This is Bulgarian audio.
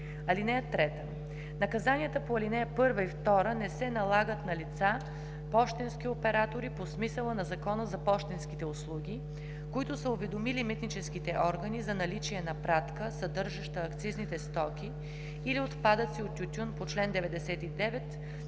лв. (3) Наказанията по ал. 1 и 2 не се налагат на лица – пощенски оператори по смисъла на Закона за пощенските услуги, които са уведомили митническите органи за наличие на пратка, съдържаща акцизните стоки или отпадъци от тютюн по чл. 99,